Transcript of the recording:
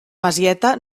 masieta